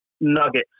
nuggets